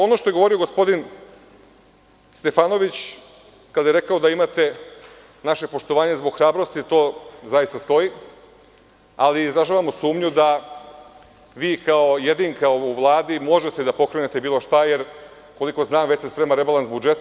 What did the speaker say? Ono što je govorio gospodin Stefanović, kada je rekao da imate naše poštovanje zbog hrabrosti, to zaista stoji, ali izražavamo sumnju da vi kao jedinka u Vladi možete da pokrenete bilo šta jer, koliko znam, već se sprema rebalans budžeta.